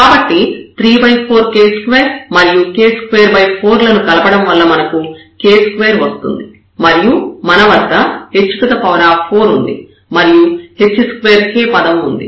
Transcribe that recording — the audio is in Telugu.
కాబట్టి 34k2 మరియు k24 లను కలపడం వల్ల మనకు k2 వస్తుంది మరియు మన వద్ద h4 ఉంది మరియు h2k పదం ఉంది